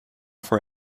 for